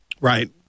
Right